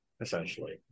essentially